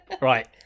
Right